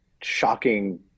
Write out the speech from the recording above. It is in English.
shocking